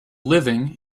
living